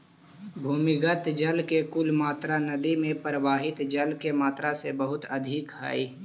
भूमिगत जल के कुल मात्रा नदि में प्रवाहित जल के मात्रा से बहुत अधिक हई